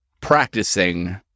practicing